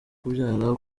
kubyara